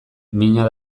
mina